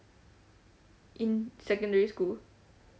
in secondary school